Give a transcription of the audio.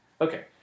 Okay